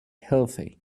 healthy